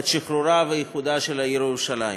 את שחרורה ואיחודה של העיר ירושלים.